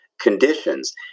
conditions